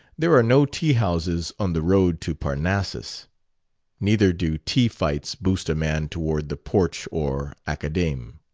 there are no tea-houses on the road to parnassus neither do tea-fights boost a man toward the porch or academe.